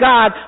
God